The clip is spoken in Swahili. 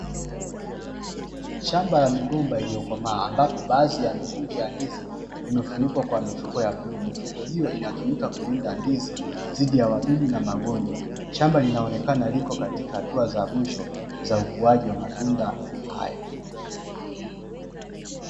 Shamba la migomba iliyokomaa, ambapo baadhi ya mikungu ya ndizi imefunikwa kwa mifuko ya bluu. Mifuko hiyo inatumika kulinda ndizi dhidi ya wadudu na magonjwa. Shamba linaonekana liko katika hatua za mwisho, za ukuaji wa matunda hayo.